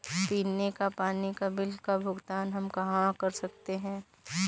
पीने के पानी का बिल का भुगतान हम कहाँ कर सकते हैं?